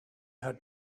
had